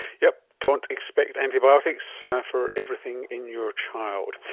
yep, don't expect antibiotics yeah for everything in your child.